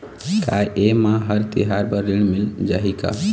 का ये मा हर तिहार बर ऋण मिल जाही का?